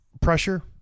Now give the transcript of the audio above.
pressure